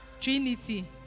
Trinity